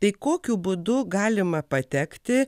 tai kokiu būdu galima patekti